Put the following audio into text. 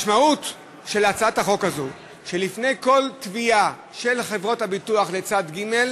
משמעות הצעת החוק הזאת היא שלפני כל תביעה של חברות הביטוח את צד ג'